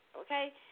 okay